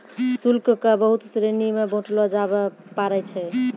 शुल्क क बहुत श्रेणी म बांटलो जाबअ पारै छै